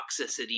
toxicity